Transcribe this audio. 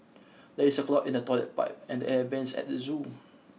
there is a clog in the toilet pipe and the air vents at the zoo